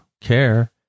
care